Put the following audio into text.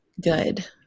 good